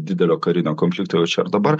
didelio karinio konflikto o čia ir dabar